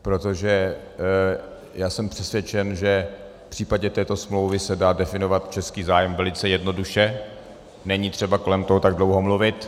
Protože já jsem přesvědčen, že v případě této smlouvy se dá definovat český zájem velice jednoduše, není třeba kolem toho tak dlouho mluvit.